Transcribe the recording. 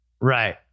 Right